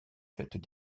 fêtes